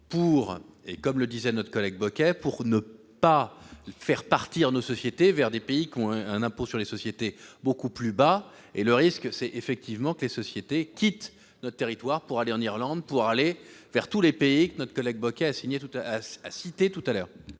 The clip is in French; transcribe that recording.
but est de rester compétitifs pour ne pas faire partir nos sociétés vers des pays qui ont fixé un impôt sur les sociétés beaucoup plus bas. Le risque est effectivement que les sociétés quittent le territoire pour aller en Irlande et vers tous les pays que notre collègue Éric Bocquet a cités tout à l'heure.